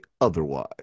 otherwise